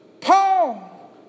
Paul